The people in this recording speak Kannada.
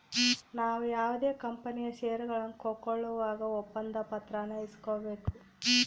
ನಾವು ಯಾವುದೇ ಕಂಪನಿಯ ಷೇರುಗಳನ್ನ ಕೊಂಕೊಳ್ಳುವಾಗ ಒಪ್ಪಂದ ಪತ್ರಾನ ಇಸ್ಕೊಬೇಕು